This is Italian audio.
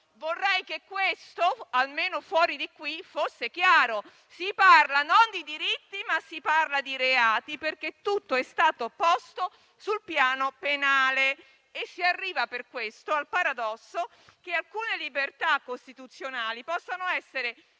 Vorrei che questo, almeno fuori di qui, fosse chiaro: non si parla di diritti, ma di reati, perché tutto è stato posto sul piano penale e si arriva per questo al paradosso che alcune libertà costituzionali possono essere